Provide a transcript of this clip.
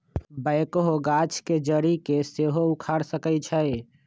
backhoe गाछ के जड़ी के सेहो उखाड़ सकइ छै